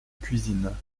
cuisine